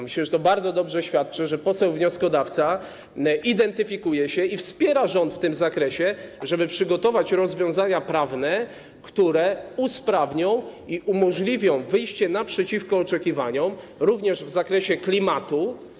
Myślę, że bardzo dobrze to świadczy, że poseł wnioskodawca identyfikuje się i wspiera rząd w tym zakresie, żeby przygotować rozwiązania prawne, które usprawnią i umożliwią wyjście naprzeciwko oczekiwaniom, również w kwestii klimatu.